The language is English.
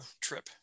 trip